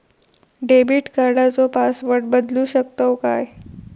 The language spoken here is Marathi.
डेबिट कार्डचो पासवर्ड बदलु शकतव काय?